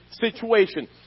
situation